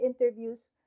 interviews